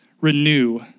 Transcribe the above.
renew